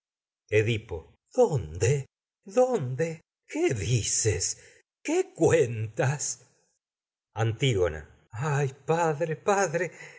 vienen bien custodiadas qué dices qué cuentas dónde dónde antígona ay padre padre